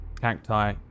cacti